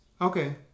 Okay